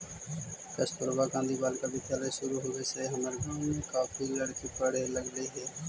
कस्तूरबा गांधी बालिका विद्यालय शुरू होवे से हमर गाँव के काफी लड़की पढ़े लगले हइ